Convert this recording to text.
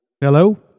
Hello